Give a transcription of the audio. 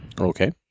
Okay